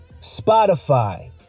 Spotify